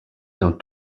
dans